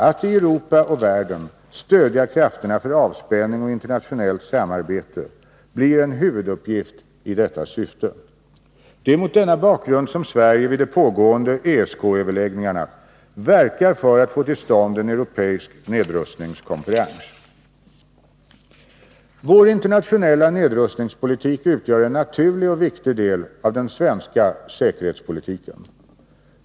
Att i Europa och världen stödja krafterna för avspänning och internationellt samarbete blir en huvuduppgift i detta syfte. Det är mot denna bakgrund som Sverige vid de pågående ESK överläggningarna verkar för att få till stånd en europeisk nedrustningskonferens. Vår internationella nedrustningspolitik utgör en naturlig och viktig del av den svenska säkerhetspolitiken.